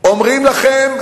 אומרים לכם,